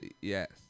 Yes